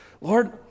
Lord